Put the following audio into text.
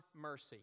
mercy